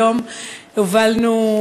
היום הובלנו,